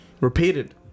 repeated